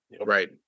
Right